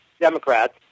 Democrats